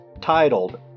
titled